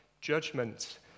judgment